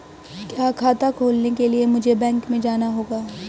क्या खाता खोलने के लिए मुझे बैंक में जाना होगा?